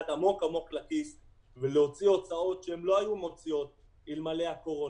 עמוק עמוק לכיס ולהוציא הוצאות שהן לא היו מוציאות אלמלא הקורונה.